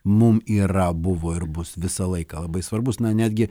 mum yra buvo ir bus visą laiką labai svarbus na netgi